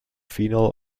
phenol